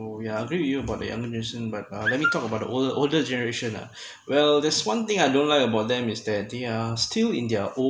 yeah I agree with you about the but uh let me talk about the older older generation ah well this one thing I don't like about them is that they are still in their own